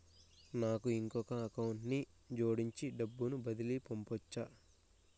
నాకు ఇంకొక అకౌంట్ ని జోడించి డబ్బును బదిలీ పంపొచ్చా?